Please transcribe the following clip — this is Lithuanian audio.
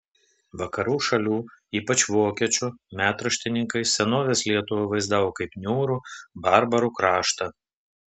vakarų šalių ypač vokiečių metraštininkai senovės lietuvą vaizdavo kaip niūrų barbarų kraštą